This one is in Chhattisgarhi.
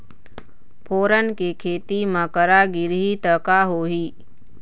फोरन के खेती म करा गिरही त का होही?